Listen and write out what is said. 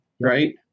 right